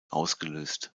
ausgelöst